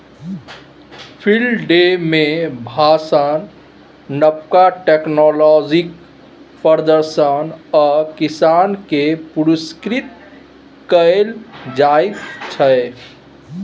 field day मे भाषण, नबका टेक्नोलॉजीक प्रदर्शन आ किसान केँ पुरस्कृत कएल जाइत छै